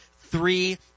three